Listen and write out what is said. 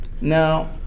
Now